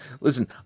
listen